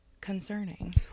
concerning